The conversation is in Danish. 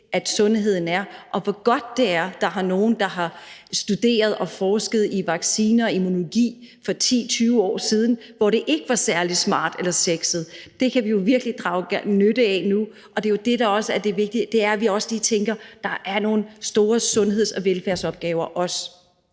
sundheden er, og hvor godt det er, at der er nogle, der har studeret og forsket i vacciner og immunologi for 10-20 år siden, hvor det ikke var særlig smart eller sexet. Det kan vi jo virkelig drage nytte af nu, og det er det, der også er det vigtige, nemlig at vi lige tænker, at der også er nogle store sundheds- og velfærdsopgaver.